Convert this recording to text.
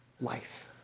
life